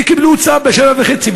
וקיבלו צו ב-07:30.